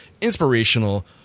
inspirational